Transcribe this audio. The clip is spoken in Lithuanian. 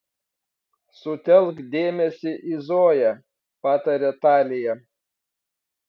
sutelk dėmesį į zoją patarė talija